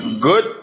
good